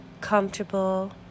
comfortable